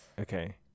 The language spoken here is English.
Okay